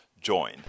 join